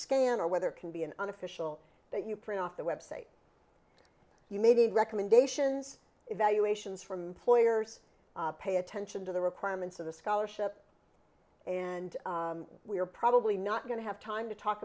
scan or whether it can be an unofficial that you print off the website you made recommendations evaluations from ploy or pay attention to the requirements of the scholarship and we're probably not going to have time t